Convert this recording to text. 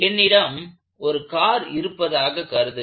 என்னிடம் ஒரு கார் இருப்பதாக கருதுக